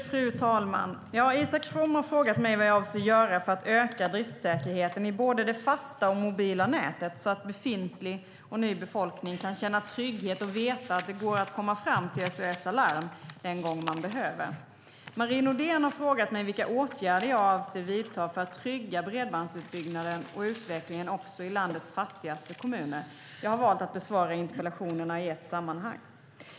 Fru talman! Isak From har frågat mig vad jag avser att göra för att öka driftsäkerheten i både det fasta och mobila nätet så att befintlig och ny befolkning kan känna trygghet och veta att det går att komma fram till SOS Alarm den gång man behöver. Marie Nordén har frågat mig vilka åtgärder jag avser att vidta för att trygga bredbandsutbyggnaden och utvecklingen också i landets fattigaste kommuner. Jag har valt att besvara interpellationerna i ett sammanhang.